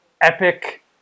epic